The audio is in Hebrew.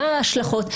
מה ההשלכות.